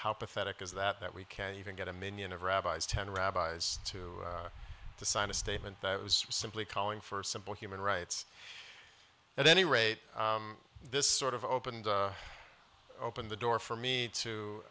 how pathetic is that that we can't even get a minion of rabbis ten rabbis to sign a statement that was simply calling for simple human rights at any rate this sort of opened open the door for me to